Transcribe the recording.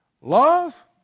love